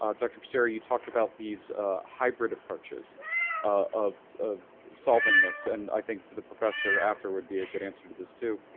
um dr. passeri, you talked about these hybrid approaches of of solving this, and i think, but professor, after would be a good answer to this to.